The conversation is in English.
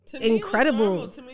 incredible